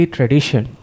Tradition